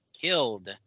killed